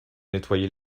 nettoyer